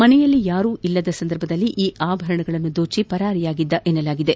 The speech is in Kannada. ಮನೆಯಲ್ಲಿ ಯಾರು ಇಲ್ಲದ ಸಂದರ್ಭದಲ್ಲಿ ಈ ಆಭರಣಗಳನ್ನು ದೋಚಿ ಪರಾರಿಯಾಗಿದ್ದ ಎನ್ನಲಾಗಿದೆ